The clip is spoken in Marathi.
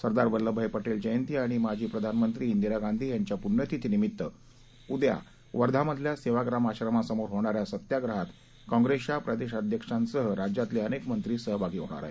सरदार वल्लभभाई पटेल जयंती आणि माजी प्रधानमंत्री िरा गांधी यांच्या पुण्यतिथीनिमित्त उद्या वर्धा मधल्या सेवाग्राम आश्रमसमोर होणाऱ्या सत्याग्रहात काँग्रेसच्या प्रदेश अध्यक्षांसह राज्यातले अनेक मंत्री सहभागी होणार आहेत